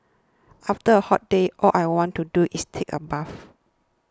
after a hot day all I want to do is take a bath